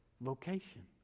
vocation